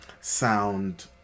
sound